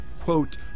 quote